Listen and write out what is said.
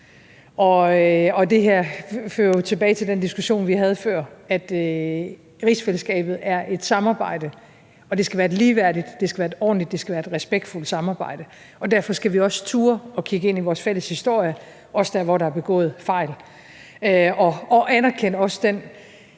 Det her fører jo tilbage til den diskussion, vi havde før, altså at rigsfællesskabet er et samarbejde, og at det skal være et ligeværdigt, ordentligt og respektfuldt samarbejde. Derfor skal vi også turde kigge ind i vores fælles historie dér, hvor der er begået fejl, og også anerkende den